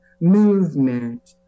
movement